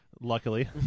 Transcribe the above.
Luckily